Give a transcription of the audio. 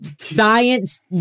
science